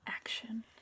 action